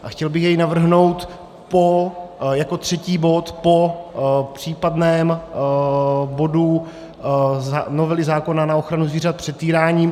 A chtěl bych jej navrhnout jako třetí bod po případném bodu novely zákona na ochranu zvířat před týráním.